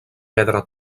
pedra